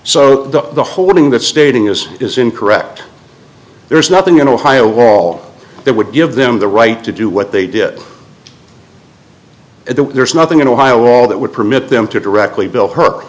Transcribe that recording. so the the holding that stating is is incorrect there is nothing in ohio all that would give them the right to do what they did at that there's nothing in ohio all that would permit them to directly bill her